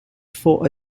four